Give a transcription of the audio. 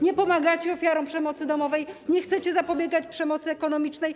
Nie pomagacie ofiarom przemocy domowej, nie chcecie zapobiegać przemocy ekonomicznej.